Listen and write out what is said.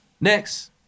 Next